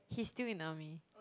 he's still in army